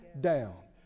down